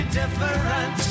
different